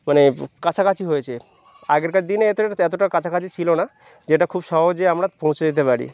মানে কাছাকাছি হয়েছে আগেরকার দিনে এতোটা এতোটা কাছাকাছি ছিলো না যেটা খুব সহজে আমরা পৌঁছে যেতে পারি